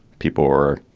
people were.